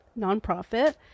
nonprofit